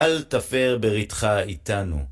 אל תפר בריתך איתנו.